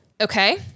Okay